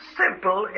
simple